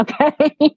okay